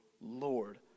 Lord